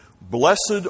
Blessed